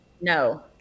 no